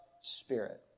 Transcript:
Spirit